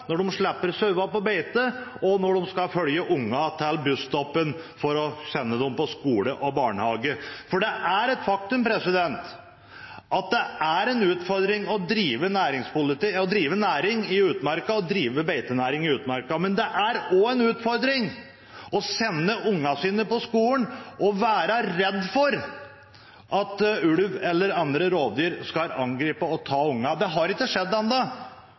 når de slipper sauene ut på beite, og når de skal følge ungene til busstoppet for å sende dem på skolen eller i barnehagen. Det er et faktum at det er en utfordring å drive beitenæring i utmarka. Men det er også en utfordring å sende ungene sine på skolen og være redd for at ulv eller andre rovdyr skal angripe og ta ungene. Det har ikke skjedd